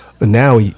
now